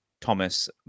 Thomas